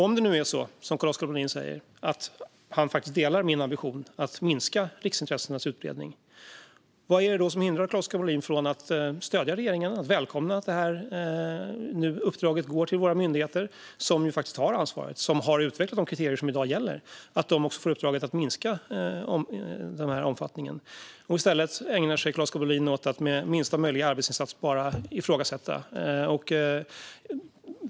Om det nu är så som Carl-Oskar Bohlin säger, alltså att han faktiskt delar min ambition att minska riksintressenas utbredning, vad är det då som hindrar Carl-Oskar Bohlin från att stödja regeringen och välkomna att det här uppdraget går till våra myndigheter? Det är ju de som har ansvaret och har utvecklat de kriterier som i dag gäller, och nu får de också uppdraget att minska omfattningen. I stället ägnar sig Carl-Oskar Bohlin åt att, med minsta möjliga arbetsinsats, bara ifrågasätta.